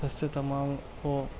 اس سے تمام وہ